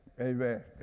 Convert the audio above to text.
amen